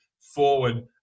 forward